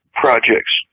projects